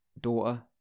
daughter